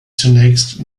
zunächst